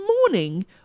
morning